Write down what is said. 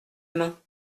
main